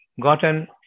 gotten